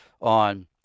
on